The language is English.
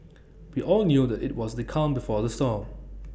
we all knew that IT was the calm before the storm